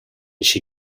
she